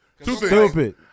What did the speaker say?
Stupid